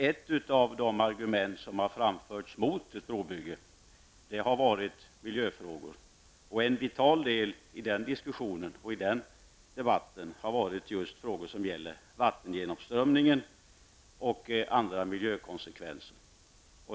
Ett av de argument som har framförts mot ett brobygge har gällt just miljöfrågorna. En vital del i den debatten har varit just frågor om vattengenomströmning och andra miljökonsekvenser.